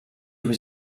was